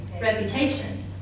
reputation